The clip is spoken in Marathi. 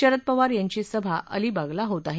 शरद पवार यांची सभा अलिबागला होत आहे